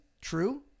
True